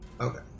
Okay